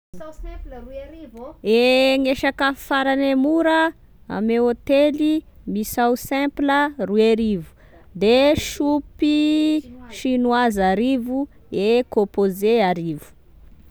E gne sakafo farane mora ame hôtely misao simple roy arivo, de soupy chinoise arivo, e composé arivo.